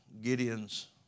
Gideon's